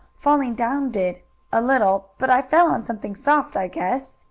falling down did a little, but i fell on something soft, i guess.